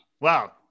Wow